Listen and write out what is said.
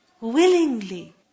willingly